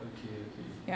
okay okay